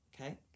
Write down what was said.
Okay